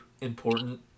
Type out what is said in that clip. important